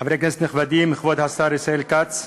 חברי כנסת נכבדים, כבוד השר ישראל כץ,